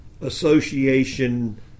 association